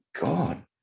God